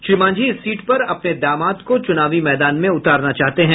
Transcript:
श्री मांझी इस सीट पर अपने दामाद को चुनावी मैदान में उतारना चाहते हैं